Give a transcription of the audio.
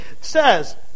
says